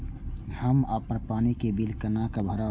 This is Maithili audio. हम अपन पानी के बिल केना भरब?